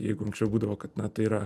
jeigu anksčiau būdavo kad na tai yra